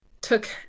took